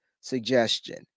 suggestion